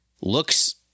looks